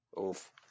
Oof